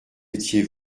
étiez